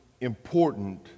important